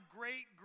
great